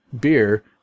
beer